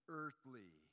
earthly